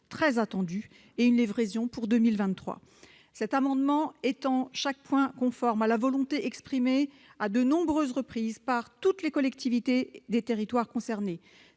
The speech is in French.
cette année, pour une livraison en 2023. Cet amendement est en tout point conforme à la volonté exprimée à de nombreuses reprises par toutes les collectivités des territoires concernés-